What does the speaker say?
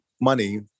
money